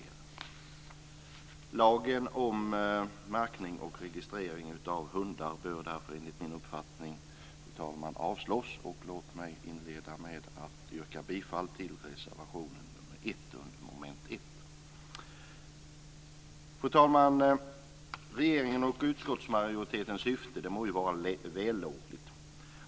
Förslaget om lag om märkning och registrering av hundar bör därför, fru talman, enligt min uppfattning avslås. Jag yrkar bifall till reservation 1 under mom. 1. Fru talman! Regeringens och utskottsmajoritetens syfte må vara vällovligt.